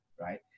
right